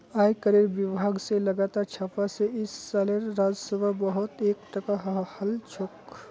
आयकरेर विभाग स लगातार छापा स इस सालेर राजस्व बहुत एकटठा हल छोक